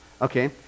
Okay